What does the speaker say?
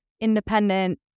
independent